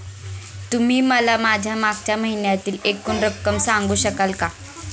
तुम्ही मला माझ्या मागच्या महिन्यातील एकूण रक्कम सांगू शकाल का?